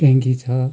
ट्याङ्कि छ